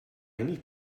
need